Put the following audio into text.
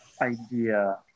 idea